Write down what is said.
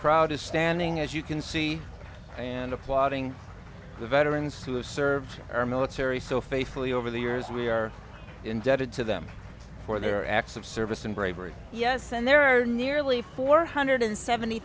crowd is standing as you can see and applauding the veterans who have served our military so faithfully over the years we are indebted to them for their acts of service and bravery yes and there are nearly four hundred seventy